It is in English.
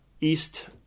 east